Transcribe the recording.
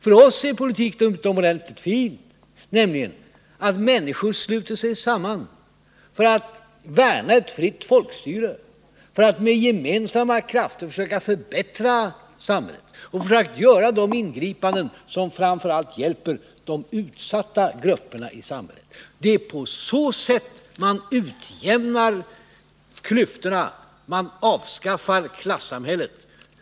För oss är politik något utomordentligt fint, nämligen att människor sluter sig samman för att värna ett fritt folkstyre, för att med gemensamma krafter försöka förbättra samhället och för att göra de ingripanden som framför allt hjälper de utsatta grupperna i samhället. Det är på så sätt man utjämnar klyftorna, avskaffar klassamhället.